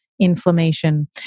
Inflammation